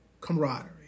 camaraderie